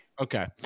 Okay